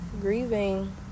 grieving